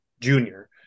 junior